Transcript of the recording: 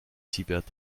siebert